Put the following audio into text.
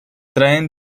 traen